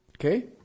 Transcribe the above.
Okay